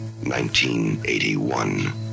1981